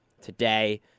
Today